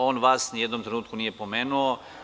On vas ni u jednom trenutku nije pomenuo.